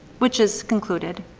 which is concluded.